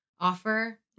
offer